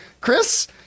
Chris